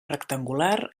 rectangular